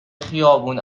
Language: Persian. خیابون